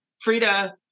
Frida